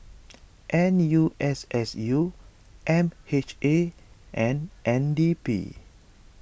N U S S U M H A and N D P